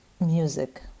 Music